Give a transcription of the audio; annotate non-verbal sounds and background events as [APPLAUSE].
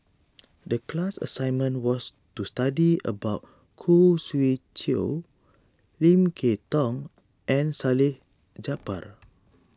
the class assignment was to study about Khoo Swee Chiow Lim Kay Tong and Salleh Japar [NOISE]